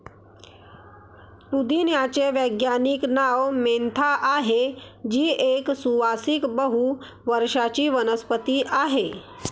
पुदिन्याचे वैज्ञानिक नाव मेंथा आहे, जी एक सुवासिक बहु वर्षाची वनस्पती आहे